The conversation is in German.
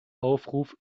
aufruf